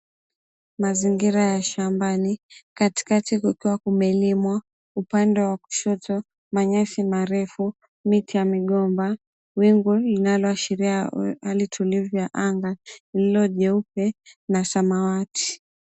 Mazingira ya shambani, katikati kukiwa kumelimwa, upande wa kushoto manyasi marefu, miti ya migomba, wingu inayoashiria hali tulivu ya anga lililo jeupe na samawati.